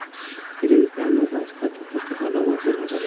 रेगिस्तान मे घास काटे खातिर अलग मशीन होखेला